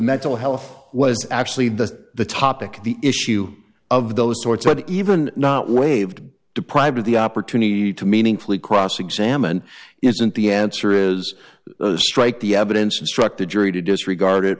mental health was actually that the topic of the issue of those sorts and even not waived deprived of the opportunity to meaningfully cross examined isn't the answer is the strike the evidence instruct the jury to disregard it